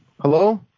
hello